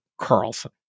Carlson